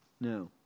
No